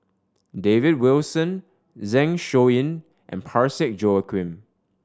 David Wilson Zeng Shouyin and Parsick Joaquim